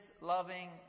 loving